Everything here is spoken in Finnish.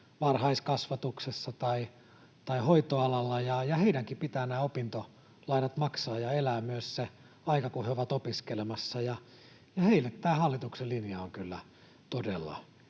varhaiskasvatuksessa tai hoitoalalla, ja heidänkin pitää nämä opintolainat maksaa ja elää myös se aika, kun he ovat opiskelemassa. Heille tämä hallituksen linja on kyllä todella